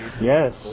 Yes